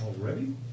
Already